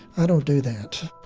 i don't do that